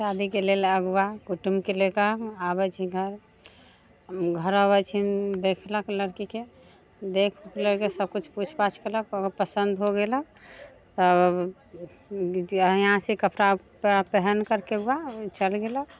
शादी के लेल अगुआ कुटुम्बके लेकऽ आबै छै घर घर अबै छनि देखलक लड़कीके देख उख सभ किछु पूछ पाछ केलक ओकरा पसन्द हो गेलक तब इहाँसँ कपड़ा उपड़ा पहन करके अगुआ चल गेलक